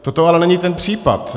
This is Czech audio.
Toto ale není ten případ.